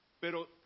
pero